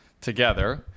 together